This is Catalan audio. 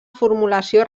formulació